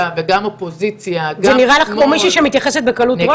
וגם אופוזיציה --- זה נראה לך כמו מישהי שמתייחסת בקלות ראש?